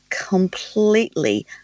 completely